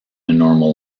normal